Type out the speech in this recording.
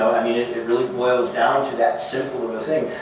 i mean, it really boils down to that simple of a thing.